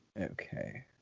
Okay